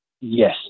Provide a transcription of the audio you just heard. Yes